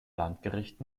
landgericht